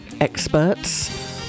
experts